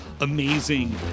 Amazing